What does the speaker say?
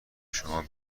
شما